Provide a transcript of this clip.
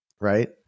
Right